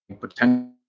potential